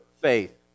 faith